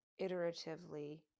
iteratively